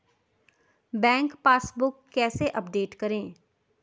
Bank passbook कैसे update करें?